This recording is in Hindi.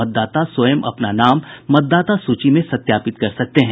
मतदाता स्वयं अपना नाम मतदाता सूची में सत्यापित कर सकते हैं